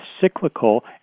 cyclical